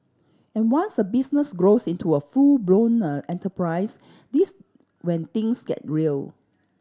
and once a business grows into a full blown enterprise this when things get real